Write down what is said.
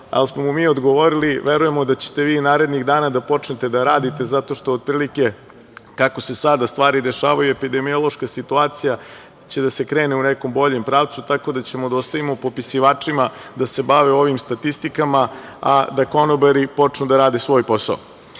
Ali smo mu mi odgovorili - verujemo da ćete vi narednih dana da počnete da radite, zato što otprilike, kako se sada stvari dešavaju epidemiološka situacija će krenuti u nekom boljem pravcu, tako da ćemo da ostavimo popisivačima da se bave ovim statistikama, a da konobari počnu da rade svoj posao. Pošto